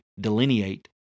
delineate